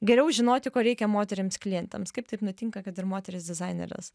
geriau žinoti ko reikia moterims klientėms kaip taip nutinka kad ir moterys dizainerės